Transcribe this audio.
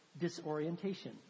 disorientation